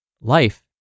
Life